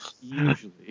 Usually